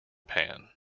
pan